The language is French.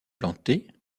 planté